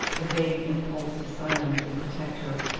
the vague impulse to silence and protect her.